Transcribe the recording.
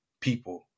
people